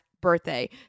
birthday